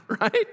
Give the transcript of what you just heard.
right